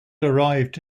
arrived